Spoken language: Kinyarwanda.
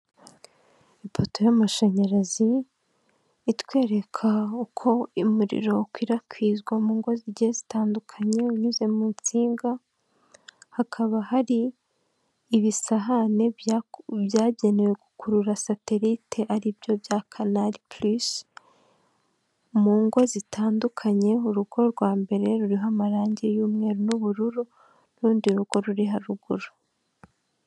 Ipoto y'amashanyarazi itwereka uko umuriro ukwirakwizwa mu ngo zigiye zitandukanye unyuze mu nsinga, hakaba hari ibisahane byagenewe gukurura satelite aribyo bya kanari purisi mu ngo zitandukanye urugo rwa mbere ruriho amarangi y'umweru n'ubururu n'urundi rugo ruri haruguru.